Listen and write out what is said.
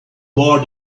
war